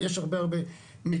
יש הרבה הרבה מתארים.